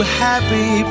happy